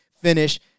finish